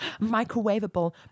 microwavable